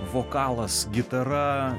vokalas gitara